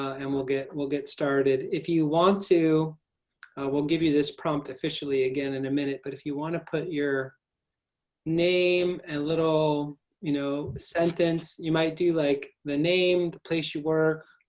and we'll get we'll get started. if you want to we'll give you this prompt officially again in a minute, but if you want to put your name and little you know sentence. you might do like the name, the place you work,